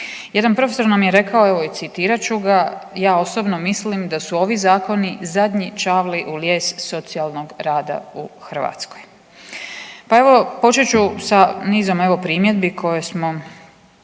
Jedan profesor nam je rekao evo i citirat ću ga, ja osobno mislim da su ovi zakoni zadnji čavli u lijes socijalnog rada u Hrvatskoj. Pa evo počet ću sa nizom evo primjedbi koje smo